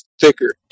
thicker